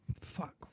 Fuck